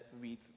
read